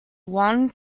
one